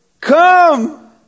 come